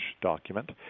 document